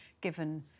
given